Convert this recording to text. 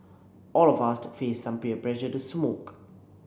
all of us faced some peer pressure to smoke